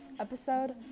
episode